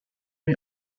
may